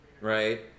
right